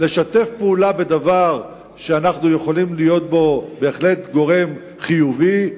לשתף פעולה בדבר שאנחנו יכולים להיות בו גורם חיובי,